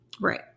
Right